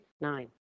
Nine